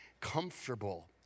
comfortable